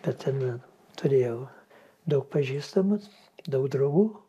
bet ten turėjau daug pažįstamų daug draugų